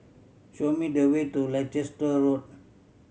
show me the way to Leicester Road